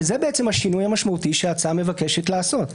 וזה השינוי המשמעותי שההצעה מבקשת לעשות.